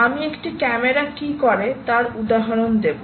আমি একটি ক্যামেরা কী করে তার উদাহরণ দেব